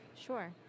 Sure